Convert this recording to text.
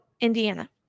Indiana